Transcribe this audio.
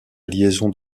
liaison